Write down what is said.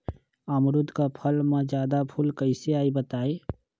अमरुद क फल म जादा फूल कईसे आई बताई?